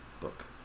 book